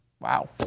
Wow